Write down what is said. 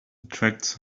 attracts